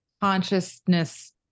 consciousness